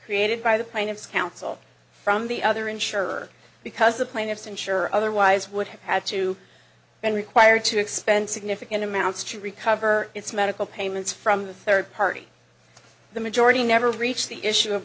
created by the plaintiff's counsel from the other insurer because the plaintiff's insurer otherwise would have had to been required to expend significant amounts to recover its medical payments from the third party the majority never reach the issue of